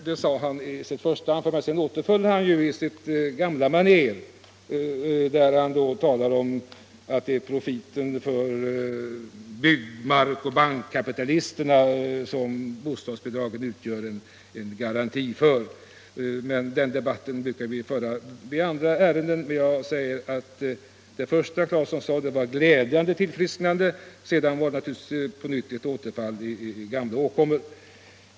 Det sade alltså herr Claeson till en början, men sedan återföll han i sina gamla maner och talade om att det är för profitörerna på byggmark och bankkapitalisterna som bostadsbidragen utgör en garanti. Det första herr Claeson sade tydde på ett tillfrisknande, men sedan fick han ett återfall i gamla åkommor.